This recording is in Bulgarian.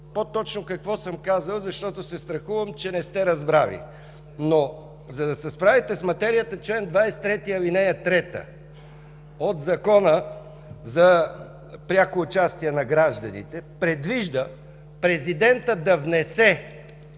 по-точно какво съм казал, защото се страхувам, че не сте разбрали. За да се справите с материята – чл. 23, ал. 3 от Закона за пряко участие на гражданите, предвижда президентът да внесе